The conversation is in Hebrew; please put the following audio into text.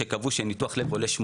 שקבעו שניתוח לב עולה 80,000 שקלים.